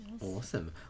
Awesome